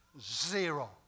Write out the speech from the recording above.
zero